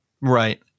Right